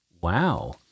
Wow